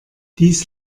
dies